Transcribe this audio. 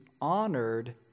honored